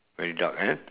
very dark eh